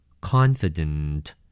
Confident